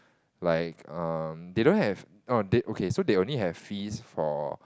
like um they don't have orh they okay they only have fees for